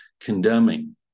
condemning